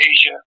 Asia